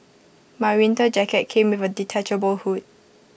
my winter jacket came with A detachable hood